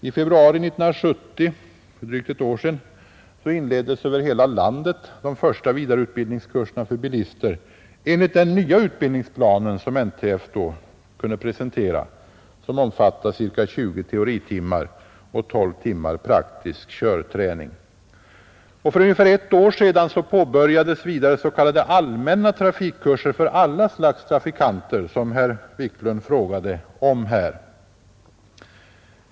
I februari 1970, alltså för drygt ett år sedan, inleddes över hela landet de första vidareutbildningskurserna för bilister enligt den nya utbildningsplan som NTF då presenterade och som omfattar ca 20 teoritimmar och 12 timmar praktisk körträning. För ungefär ett år sedan påbörjades vidare s.k. allmänna trafikkurser för alla slags trafikanter, som herr Wiklund frågade om.